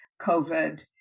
COVID